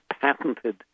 patented